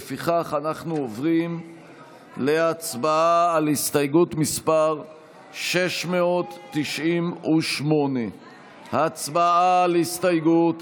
לפיכך אנחנו עוברים להצבעה על הסתייגות מס' 698. הצבעה על ההסתייגות.